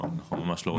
לא, אנחנו ממש לא רוצים.